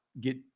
get